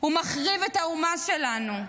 הוא מחריב את האומה שלנו.